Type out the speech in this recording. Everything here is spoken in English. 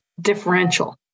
differential